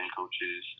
coaches